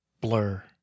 Blur